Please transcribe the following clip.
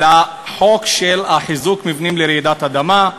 לחוק של חיזוק מבנים בפני רעידת אדמה.